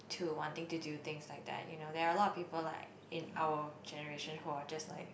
to wanting to do things like that you know there are a lot of people like in our generation who are just like